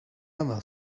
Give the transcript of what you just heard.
other